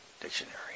dictionary